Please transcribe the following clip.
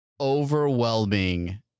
overwhelming